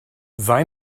sei